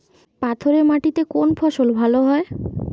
পাথরে মাটিতে কোন ফসল ভালো হয়?